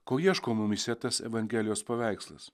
ko ieško mumyse tas evangelijos paveikslas